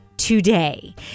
Today